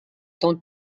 tant